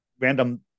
random